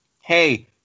hey